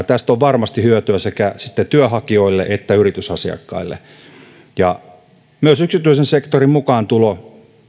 tästä on varmasti hyötyä sekä sekä työnhakijoille että yritysasiakkaille myös yksityisen sektorin mukaan tulo